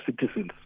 citizens